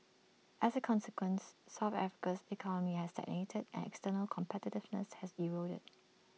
as A consequence south Africa's economy has stagnated and external competitiveness has eroded